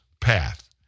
path